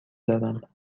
دارم